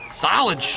Solid